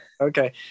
okay